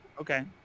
Okay